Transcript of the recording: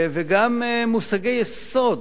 וגם מושגי יסוד